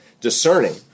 discerning